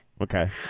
Okay